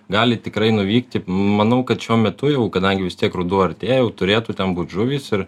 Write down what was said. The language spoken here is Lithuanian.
galit tikrai nuvykti manau kad šiuo metu jau kadangi vis tiek ruduo artėjo turėtų ten būti žuvys ir